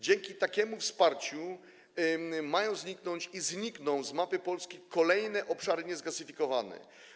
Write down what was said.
Dzięki takiemu wsparciu mają zniknąć, i znikną, z mapy Polski kolejne obszary niezgazyfikowane.